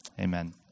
Amen